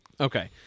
Okay